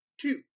two